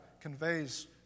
conveys